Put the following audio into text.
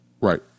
Right